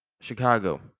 Chicago